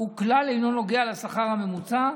וכלל אינו נוגע לשכר הממוצע.